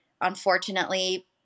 unfortunately